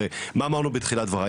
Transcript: הרי מה אמרתי בתחילת דבריי,